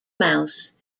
mouse